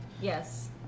Yes